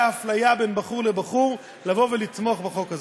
אפליה בין בחור לבחור לבוא ולתמוך בחוק הזה.